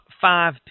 five